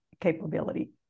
capability